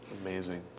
Amazing